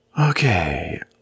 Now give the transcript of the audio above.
okay